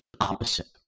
opposite